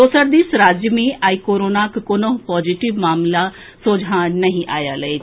दोसर दिस राज्य मे आइ कोरोनाक कोनहुं पॉजिटिव मामिला सोझा नहि आएल अछि